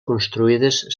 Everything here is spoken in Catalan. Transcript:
construïdes